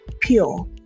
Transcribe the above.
pure